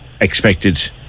expected